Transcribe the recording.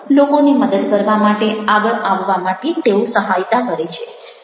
લોકોને મદદ કરવા માટે આગળ આવવા માટે તેઓ સહાયતા કરે છે